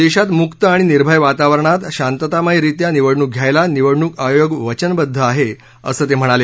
देशात मुक्त आणि निर्भय वातावरणात शांततामय रीत्या निवडणूका घ्यायला निवडणूक आयोग वचनबद्ध आहे असं ते म्हणाले